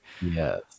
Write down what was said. yes